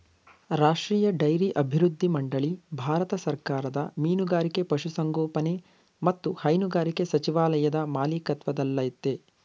ರಾಷ್ಟ್ರೀಯ ಡೈರಿ ಅಭಿವೃದ್ಧಿ ಮಂಡಳಿ ಭಾರತ ಸರ್ಕಾರದ ಮೀನುಗಾರಿಕೆ ಪಶುಸಂಗೋಪನೆ ಮತ್ತು ಹೈನುಗಾರಿಕೆ ಸಚಿವಾಲಯದ ಮಾಲಿಕತ್ವದಲ್ಲಯ್ತೆ